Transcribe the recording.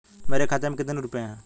मेरे खाते में कितने रुपये हैं?